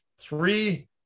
three